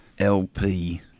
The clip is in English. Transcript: LP